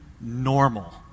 normal